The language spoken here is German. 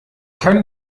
kann